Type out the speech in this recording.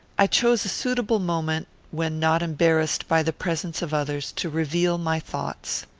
i chose a suitable moment, when not embarrassed by the presence of others, to reveal my thoughts.